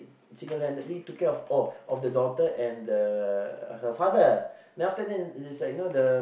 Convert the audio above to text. single-handedly took care oh of of the daughter and the her father then after that then then's like you know the